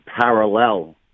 parallel